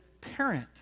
parent